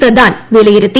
പ്രദാൻ വിലയിരുത്തി